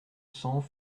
cents